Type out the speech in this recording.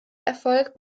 erfolg